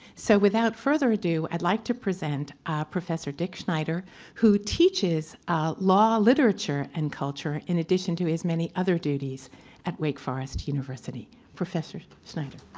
so without further ado, i'd like to present professor dick schneider who teaches law literature and culture in addition to his many other duties at wake forest university. professor schneider.